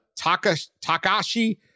Takashi